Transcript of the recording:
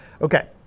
Okay